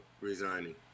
resigning